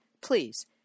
please